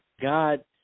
God